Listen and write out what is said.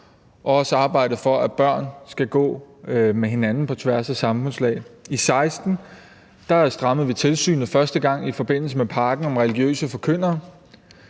også arbejdet for, at børn skal gå i skole med hinanden på tværs af samfundslag. I 2016 år strammede vi første gang tilsynet i forbindelse med pakken om religiøse forkyndere.